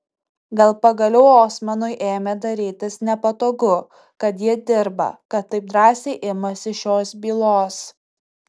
gal pagaliau osmanui ėmė darytis nepatogu kad ji dirba kad taip drąsiai imasi šios bylos